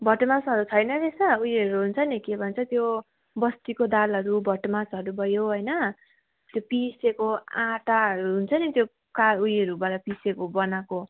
भटमासहरू छैन रहेछ उयोहरू हुन्छ नि के भन्छ त्यो बस्तीको दालहरू भटमासहरू भयो होइन त्यो पिसेको आँटाहरू हुन्छ नि त्यो का उयोहरूबाट पिसेको बनाएको